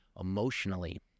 emotionally